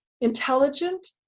intelligent